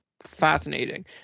Fascinating